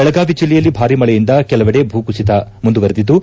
ಬೆಳಗಾವಿ ಜಿಲ್ಲೆಯಲ್ಲಿ ಭಾರೀ ಮಳೆಯಿಂದ ಕೆಲವೆಡೆ ಭೂಕುಸಿತ ಮುಂದುವರೆದಿದ್ದು